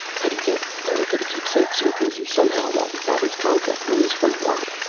could he get erika to keep st. cyr busy, somehow, while he got his contract release from watt?